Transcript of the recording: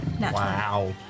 Wow